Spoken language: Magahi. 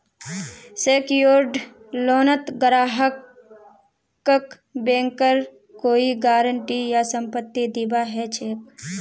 सेक्योर्ड लोनत ग्राहकक बैंकेर कोई गारंटी या संपत्ति दीबा ह छेक